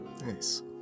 Nice